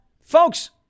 Folks